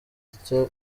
atya